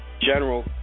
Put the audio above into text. General